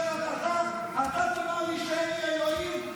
אתה תאמר לי שאין לי אלוהים?